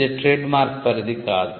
ఇది ట్రేడ్మార్క్ పరిధి కాదు